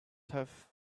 have